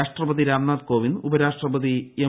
രാഷ്ട്രപതി രാംനാഥ് കോവിന്ദ് ഉപരാഷ്ട്രപതി എം